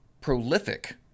prolific